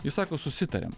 jie sako susitariam